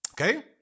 Okay